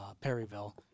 perryville